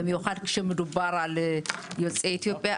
במיוחד כשמדובר על יוצאי אתיופיה,